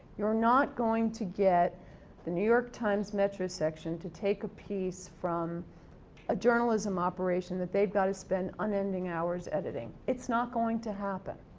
you're not going to get the new york times metro section to take a piece from a journalism operation that they've gotta spend unending hours editing. it's not going to happen.